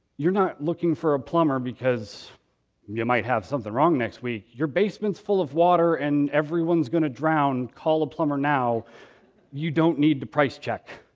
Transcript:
you're not looking for a plumber because you might have something wrong next week. your basement's full of water and everyone's going to drown. call the plumber now you don't need to price check,